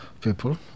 people